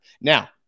Now